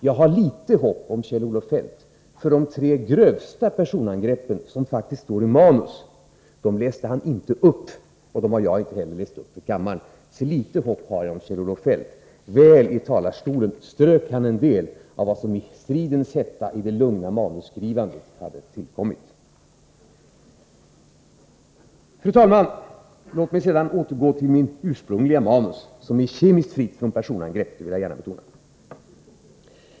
Jag har litet hopp om Kjell-Olof Feldt, för de tre grövsta personangreppen, som faktiskt står i manus, läste han inte upp — och dem har jaginte heller läst upp för kammaren. Litet hopp har jag alltså om Kjell-Olof Feldt. Väl i talarstolen strök han en del av vad som i stridens hetta — i det Fru talman! Låt mig sedan återgå till mitt ursprungliga manus, som är kemiskt fritt från personangrepp — det vill jag gärna betona.